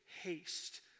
haste